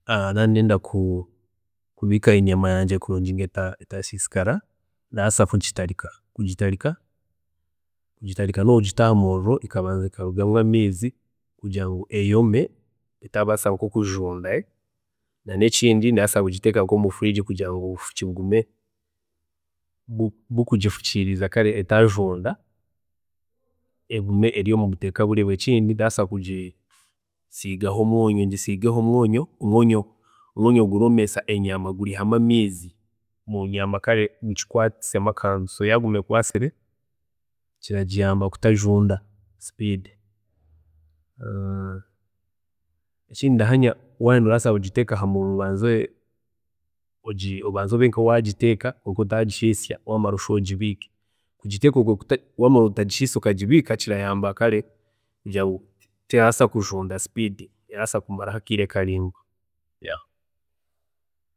﻿Nka naaba ndenda kubiika enyama yangye kurungi kugira ngu etasiisikara ndabaaasa kugitarika, kugitarika nokugita ahamuriro ekabanza ekarugamu amaizi kurira ngu eyome etabaasa nkokujunda, kandi ekindi ndabaasa kugiteeka nkomu fridge kugira ngu obufuki bugume buri kugifukiiriza kare etajunda, egume eri omubuteeka burungi, ekindi ndabaasa kugisiigaho omwonyo, ngisiigeho omwonyo habwokuba omwonyo guromeesa enyama gwiihamu amaizi munyama kare gugikwatisemu akantu, so yaguma ekwasire kiragiyamba obutajunda speed, ekindi ndahamya wayenda orabaasa kugiteeka ahamuriro obanze obe nkowagiteeka kwonka otagihiisa, wamara oshube ogibiike, kugiteeka otagihiise kirabaasa kuyamba kugira ngu terabaasa kujunda speed, erabaasa kumaraho akeire karingwa